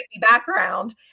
background